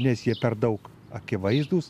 nes jie per daug akivaizdūs